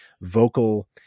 vocal